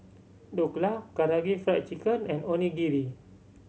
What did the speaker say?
Dhokla Karaage Fried Chicken and Onigiri